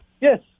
Yes